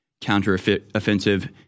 counteroffensive